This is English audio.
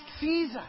Caesar